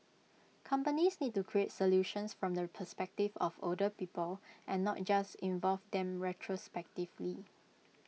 companies need to create solutions from the perspective of older people and not just involve them retrospectively